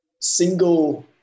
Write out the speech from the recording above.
single